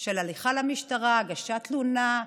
של הליכה למשטרה, הגשת תלונה,